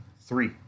three